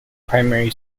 primary